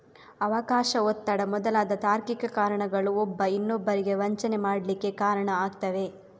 ಅವಕಾಶ, ಒತ್ತಡ ಮೊದಲಾದ ತಾರ್ಕಿಕ ಕಾರಣಗಳು ಒಬ್ಬ ಇನ್ನೊಬ್ಬರಿಗೆ ವಂಚನೆ ಮಾಡ್ಲಿಕ್ಕೆ ಕಾರಣ ಆಗ್ತವೆ